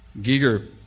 Giger